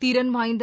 திறன் வாய்ந்த